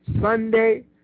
Sunday